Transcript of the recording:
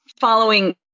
following